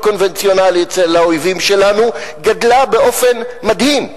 קונבנציונלי אצל האויבים שלנו גדלה באופן מדהים.